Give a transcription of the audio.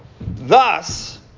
Thus